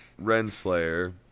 Renslayer